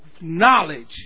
knowledge